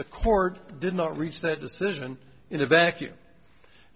the court did not reach that decision in a vacuum